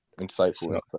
insightful